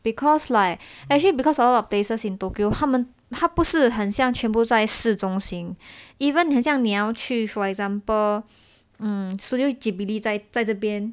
because like actually because a lot places in tokyo 他们他不是很像全部在市中心 even 很像你要去 for example studio ghibli 在这边